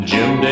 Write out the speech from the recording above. Jim